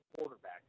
quarterback